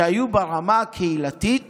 שהיו ברמה הקהילתית